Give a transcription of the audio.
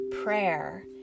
Prayer